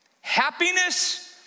Happiness